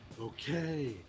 Okay